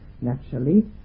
naturally